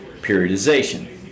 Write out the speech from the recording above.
periodization